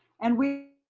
and we,